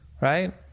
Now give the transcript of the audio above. right